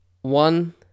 one